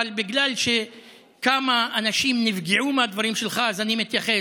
אבל בגלל שכמה אנשים נפגעו מהדברים שלך אז אני מתייחס,